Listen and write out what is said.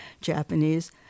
Japanese